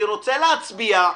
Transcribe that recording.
אני רוצה להצביע.